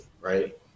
right